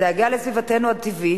הדאגה לסביבתנו הטבעית,